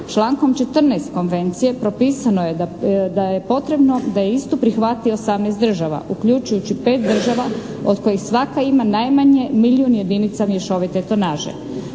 Člankom 14. Konvencije propisano je da je potrebno, da istu prihvati 18 država uključujući 5 država od kojih svaka ima najmanje milijun jedinica mješovite tonaže.